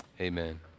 Amen